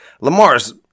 Lamar's